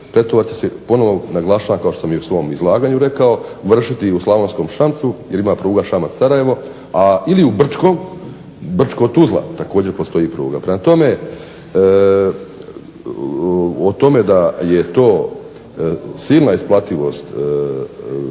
pretovar će se, ponovo naglašavam, kao što sam i u svom izlaganju rekao, vršiti u Slavonskom Šamcu, jer ima pruga Šamac-Sarajevo, ili u Brčkom, Brčko-Tuzla također postoji pruga. Prema tome o tome da je to silna isplativost za,